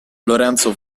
lorenzo